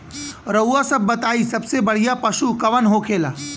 रउआ सभ बताई सबसे बढ़ियां पशु कवन होखेला?